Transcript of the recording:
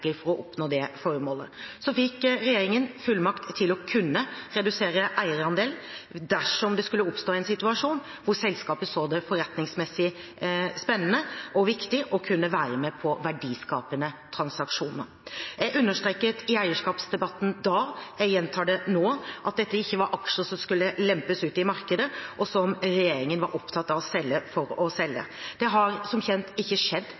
for å oppnå dette formålet. Regjeringen fikk fullmakt til å kunne redusere eierandelen dersom det skulle oppstå en situasjon hvor selskapet så det forretningsmessig spennende og viktig å være med på verdiskapende transaksjoner. Jeg understreket i eierskapsdebatten da – jeg gjentar det nå – at dette ikke var aksjer som skulle lempes ut i markedet, og som regjeringen var opptatt av å skulle selge for å selge. Det har som kjent ikke skjedd